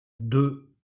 deux